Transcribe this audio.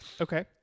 Okay